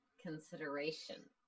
consideration